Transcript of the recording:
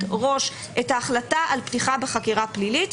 ראש את ההחלטה על פתיחה בחקירה פלילית,